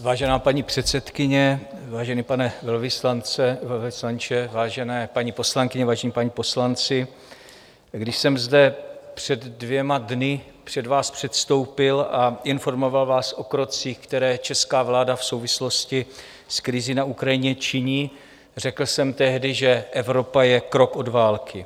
Vážená paní předsedkyně, vážený velvyslanče, vážené paní poslankyně, vážení páni poslanci, když jsem zde před dvěma dny před vás předstoupil a informoval vás o krocích, které česká vláda v souvislosti s krizí na Ukrajině činí, řekl jsem tehdy, že Evropa je krok od války.